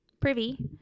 privy